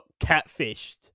catfished